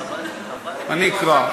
אני אקרא.